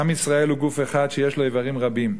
עם ישראל הוא גוף אחד שיש לו איברים רבים,